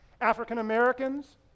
African-Americans